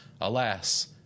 alas